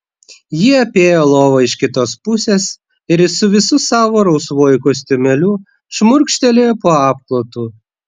ji apėjo lovą iš kitos pusės ir su visu savo rausvuoju kostiumėliu šmurkštelėjo po apklotu